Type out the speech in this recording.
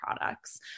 products